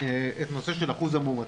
את נושא של אחוז המאומתים,